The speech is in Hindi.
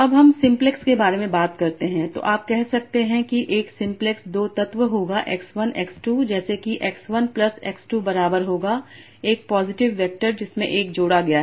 जब हम सिम्प्लेक्स के बारे में बात करते हैं तो आप कह सकते हैं कि 1 सिम्प्लेक्स 2 तत्व होगा x 1 x 2 जैसे कि x 1 प्लस x 2 बराबर होगा 1 पॉजिटिव वेक्टर जिसमें 1 जोड़ा गया है